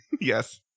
yes